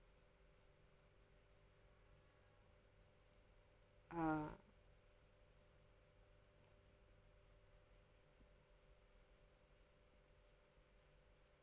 uh